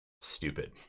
stupid